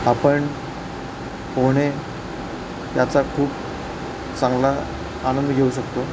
आपण पोहणे याचा खूप चांगला आनंद घेऊ शकतो